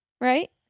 right